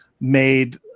made